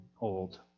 old